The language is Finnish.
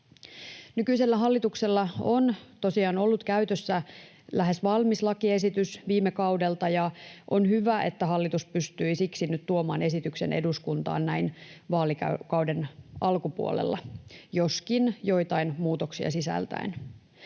Nykyisellä hallituksella on tosiaan ollut käytössä lähes valmis lakiesitys viime kaudelta, ja on hyvä, että hallitus pystyi siksi nyt tuomaan esityksen eduskuntaan näin vaalikauden alkupuolella, joskin joitain muutoksia sisältäen.